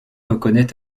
reconnaît